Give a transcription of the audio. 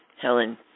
Helen